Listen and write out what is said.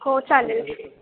हो चालेल